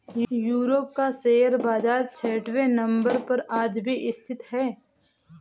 Europe का share बाजार छठवें नम्बर पर आज भी स्थित है